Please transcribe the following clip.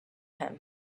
him